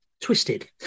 twisted